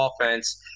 offense